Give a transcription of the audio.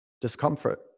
Discomfort